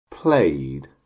played